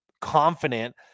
confident